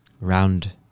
Round